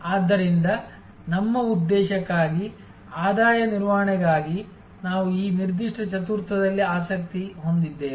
ಆದ್ದರಿಂದ ನಮ್ಮ ಉದ್ದೇಶಕ್ಕಾಗಿ ಆದಾಯ ನಿರ್ವಹಣೆಗಾಗಿ ನಾವು ಈ ನಿರ್ದಿಷ್ಟ ಚತುರ್ಥದಲ್ಲಿ ಆಸಕ್ತಿ ಹೊಂದಿದ್ದೇವೆ